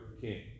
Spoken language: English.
king